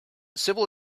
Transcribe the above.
civil